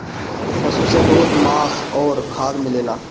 पशु से दूध, मांस अउरी खाद मिलेला